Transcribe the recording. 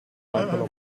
calcolo